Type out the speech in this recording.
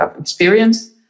experience